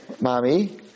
mommy